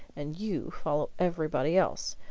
and you follow everybody else.